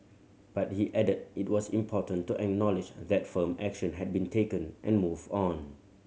but he added it was important to acknowledge that firm action had been taken and move on